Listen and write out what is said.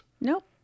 Nope